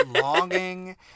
longing